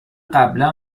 قبلا